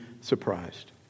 surprised